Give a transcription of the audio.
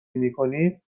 نمیکنید